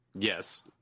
Yes